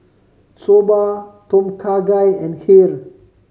Soba Tom Kha Gai and Kheer